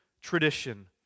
tradition